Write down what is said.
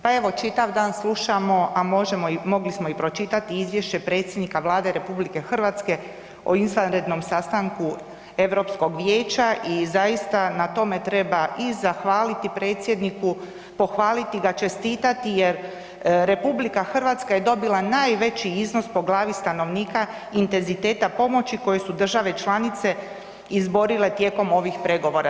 Pa evo čitav dan slušamo a mogli smo i pročitati izvješće predsjednika Vlade RH o izvanrednom sastanku Europskog vijeća i zaista na tome treba i zahvaliti predsjedniku, pohvaliti ga, čestitati jer RH je dobila najveći iznos po glavi stanovnika i intenziteta pomoći koji su države članice izborile tijekom ovih pregovora.